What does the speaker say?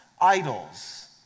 idols